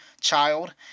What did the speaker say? child